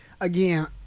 again